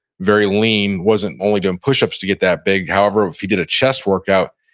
very lean, wasn't only doing push-ups to get that big. however, if he did a chest work out,